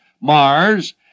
mars